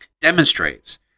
demonstrates